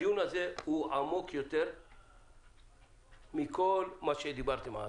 הדיון הזה הוא עמוק יותר מכל מה שדיברתם.